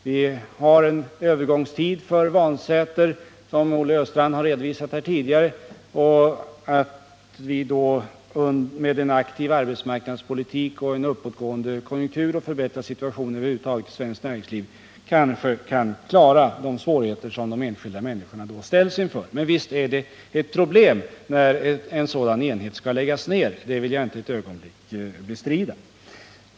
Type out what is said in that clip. Vi har en övergångstid för Vansäter, som Olle Östrand här har redovisat tidigare, och med en aktiv arbetsmarknadspolitik, en uppåtgående konjunktur och en förbättrad situation över huvud taget i svenskt näringsliv kanske vi kan klara de svårigheter som de enskilda människorna ställs inför. Men visst är det problem när en sådan enhet skall läggas ner, det vill jag inte för ett ögonblick bestrida.